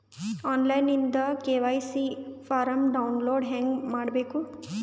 On line ದಿಂದ KYC form download ಹೇಂಗ ಮಾಡಬೇಕು?